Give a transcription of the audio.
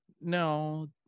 no